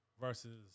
versus